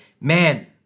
man